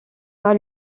pas